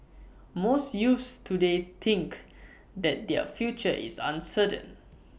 most youths today think that their future is uncertain